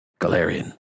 Galarian